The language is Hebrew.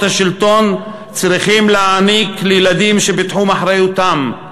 השלטון צריכים להעניק לילדים שבתחום אחריותם.